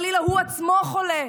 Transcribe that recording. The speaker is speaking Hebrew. וחלילה הוא עצמו חולה.